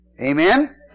Amen